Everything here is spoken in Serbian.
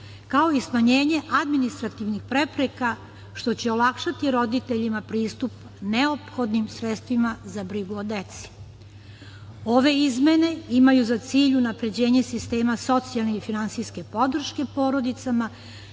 kao i smanjenje administrativnih prepreka, što će olakšati roditeljima pristup neophodnim sredstvima za brigu o deci. Ove izmene imaju za cilj unapređenje sistema socijalne i finansijske podrške porodicama